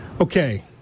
Okay